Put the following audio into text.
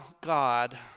God